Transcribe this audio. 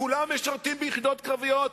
כולם משרתים ביחידות קרביות,